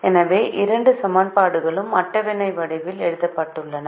எனவே இரண்டு சமன்பாடுகளும் அட்டவணை வடிவில் எழுதப்பட்டுள்ளன